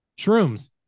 Shrooms